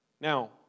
Now